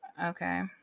Okay